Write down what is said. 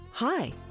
Hi